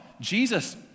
Jesus